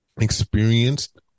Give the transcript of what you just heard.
experienced